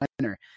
winner